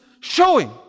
showing